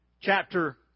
chapter